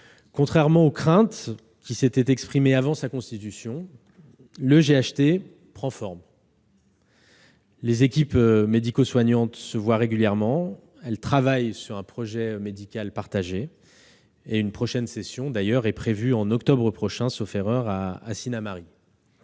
Contrairement aux craintes qui s'étaient exprimées avant sa constitution, le GHT prend forme. Les équipes médico-soignantes se voient régulièrement et travaillent sur un projet médical partagé. Une prochaine session est d'ailleurs prévue en octobre prochain à Sinnamary.